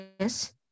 Yes